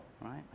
right